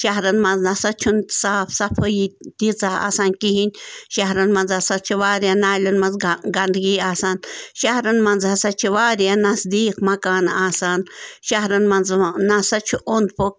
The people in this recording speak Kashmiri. شَہرَن منٛز نہ سا چھُنہٕ صاف صفٲیی تیٖژاہ آسان کِہیٖنۍ شَہرَن منٛز ہَسا چھِ واریاہ نالٮ۪ن منٛز گہ گنٛدگی آسان شَہرَن منٛز ہَسا چھِ واریاہ نزدیٖک مکان آسان شہرَن منٛز نہ سا چھُ اوٚنٛد پوٚک